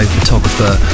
Photographer